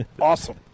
awesome